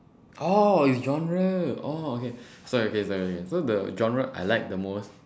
oh is genre oh okay so the genre I like the most